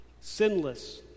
sinless